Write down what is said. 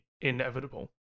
inevitable